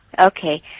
Okay